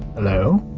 hello?